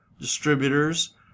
distributors